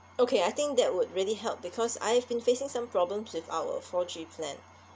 okay I think that would really help because I've been facing some problems with our four G plan